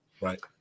Right